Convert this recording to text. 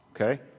Okay